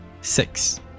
Six